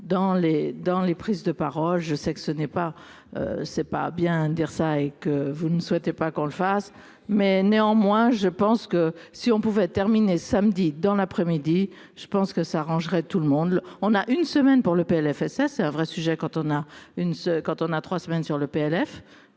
dans les prises de parole, je sais que ce n'est pas, c'est pas bien de dire ça et que vous ne souhaitez pas qu'on le fasse mais néanmoins je pense que si on pouvait terminer samedi dans l'après-midi, je pense que ça arrangerait tout le monde, on a une semaine pour le PLFSS un vrai sujet, quand on a une quand on a 3 semaines sur le PLF